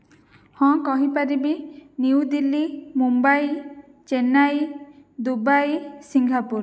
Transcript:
ହଁ କହିପାରିବି New Delhi Mumbai Chennai Dubai Singapore